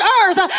earth